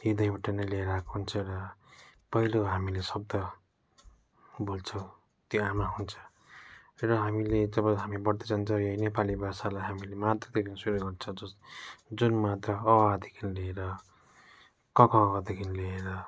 हृदयबाट नै लिएर आएको हुन्छ र पहिलो हामीले शब्द बोल्छौँ त्यो आमा हुन्छ र हामीले जब हामी बड्दै जान्छौँ नेपाली भाषालाई हामीले मात्रादेखि जुन मात्रा अ आदेखि लिएर क ख ग घदेखि लिएर